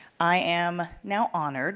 i am now honored